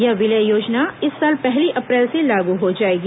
यह विलय योजना इस साल पहली अप्रैल से लागू हो जाएगी